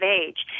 age